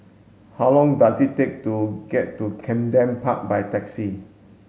how long does it take to get to Camden Park by taxi